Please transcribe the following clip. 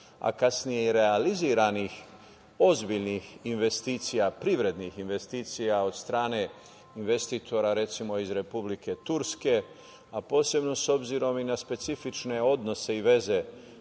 a kasnije i realizovanih ozbiljnih investicija privrednih investicija od strane investitora, recimo iz Republike Turske, a posebno s obzirom i na specifične odnose i veze